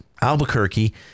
Albuquerque